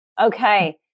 Okay